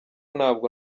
ntabwo